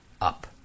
up